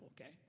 okay